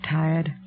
tired